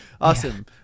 Awesome